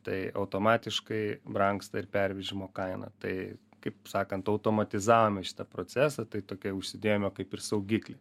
tai automatiškai brangsta ir pervežimo kaina tai kaip sakant automatizavome šitą procesą tai tokį užsidėjome kaip ir saugiklį